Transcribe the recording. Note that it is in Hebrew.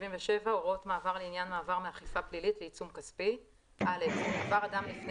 77.הוראות מעבר לעניין מעבר מאכיפה פלילית לעיצום כספי עבר אדם לפני